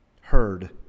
heard